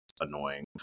annoying